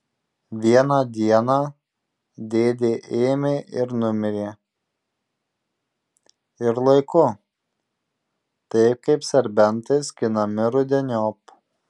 vieną dieną dėdė ėmė ir numirė ir laiku taip kaip serbentai skinami rudeniop